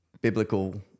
biblical